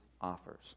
offers